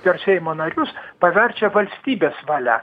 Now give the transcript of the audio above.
per seimo narius paverčia valstybės valia